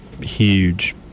huge